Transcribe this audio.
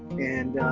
and